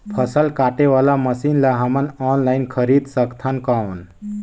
फसल काटे वाला मशीन ला हमन ऑनलाइन खरीद सकथन कौन?